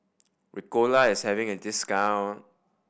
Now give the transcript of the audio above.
ricola is having a discount